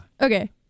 Okay